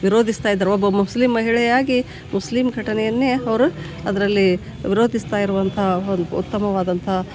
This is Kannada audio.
ವಿರೋಧಿಸ್ತಾ ಇದ್ರೂ ಒಬ್ಬ ಮುಸ್ಲಿಮ್ ಮಹಿಳೆಯಾಗಿ ಮುಸ್ಲಿಮ್ ಘಟನೆಯನ್ನೇ ಅವರು ಅದರಲ್ಲಿ ವಿರೋಧಿಸ್ತಾ ಇರುವಂತಹ ಒಂದು ಉತ್ತಮವಾದಂಥ